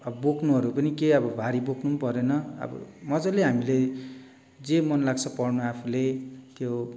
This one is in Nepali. अब बोक्नुहरू पनि केही अब भारी बोक्नु परेन अब मजाले हामीले जे मन लाग्छ पढ्न आफूले त्यो